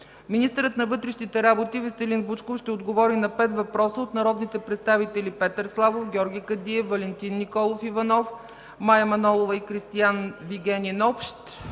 Министърът на вътрешните работи Веселин Вучков ще отговори на пет въпроса от народните представители Петър Славов, Георги Кадиев, Валентин Николов Иванов, Мая Манолова и Кристиан Вигенин –